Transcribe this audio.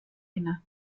inne